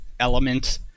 element